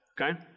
okay